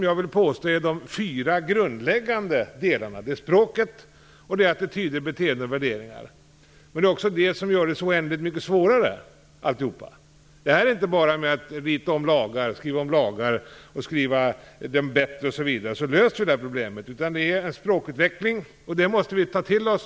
Jag vill påstå att de fyra grundläggande delarna är språket, attityder, beteenden och värderingar. Det är också det som gör det här problemet så oändligt mycket svårare. Det handlar inte bara om att lösa problemet genom att man skriver om lagar. Det handlar om språkutveckling. Detta måste vi ta till oss.